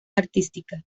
artística